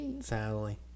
sadly